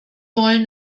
wollen